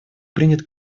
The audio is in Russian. принят